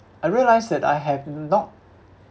I realised that I have not